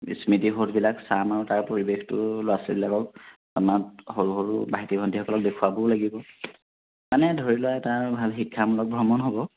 স্মৃতি শোধবিলাক চাম আৰু তাৰ পৰিৱেশটো ল'ৰা ছোৱালীবিলাকক আমাত সৰু সৰু ভাইটি ভণ্টিসকলক দেখুৱাবও লাগিব মানে ধৰি লোৱা এটা ভাল শিক্ষামূলক ভ্ৰমণ হ'ব